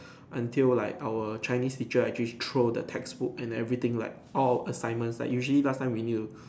until like our Chinese teacher actually throw the textbook and everything like all our assignments like usually last time we need to